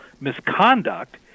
misconduct